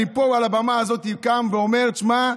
אני פה על הבמה הזאת קם ואומר: שמע,